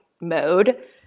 mode